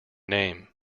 name